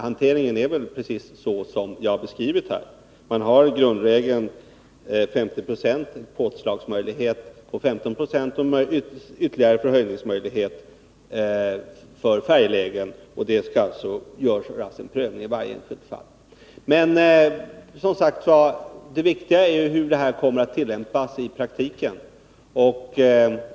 Det går väl till precis så som jag beskrivit, att grundregeln är 50 20 bidrag, påslagsmöjlighet med 15 26 och ytterligare en möjlighet till förhöjt bidrag till färjelägen, där det alltså skall göras en prövning i varje enskilt fall. Det viktiga är ju hur bestämmelserna kommer att tillämpas i praktiken.